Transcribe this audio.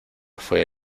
fue